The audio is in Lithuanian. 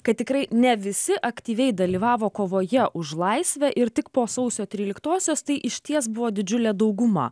kad tikrai ne visi aktyviai dalyvavo kovoje už laisvę ir tik po sausio tryliktosios tai išties buvo didžiulė dauguma